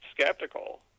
skeptical